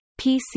PC